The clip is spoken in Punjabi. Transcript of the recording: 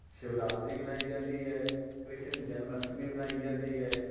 ਸ਼ਿਵਰਾਤਰੀ ਮਨਾਈ ਜਾਂਦੀ ਹੈ ਕ੍ਰਿਸ਼ਨ ਜਨਮ ਅਸ਼ਟਮੀ ਮਨਾਈ ਜਾਂਦੀ ਹੈ